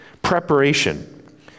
preparation